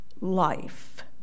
Life